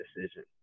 decision